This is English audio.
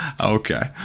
Okay